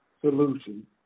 solution